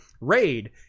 RAID